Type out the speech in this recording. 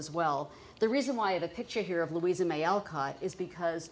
as well the reason why the picture here of louisa may alcott is because